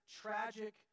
tragic